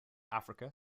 africa